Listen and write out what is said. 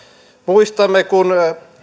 muistamme kun